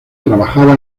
trabajaba